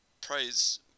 praise